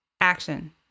Action